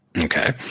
Okay